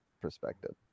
perspective